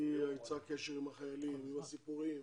היא יצרה קשר עם החיילים, עם הסיפורים,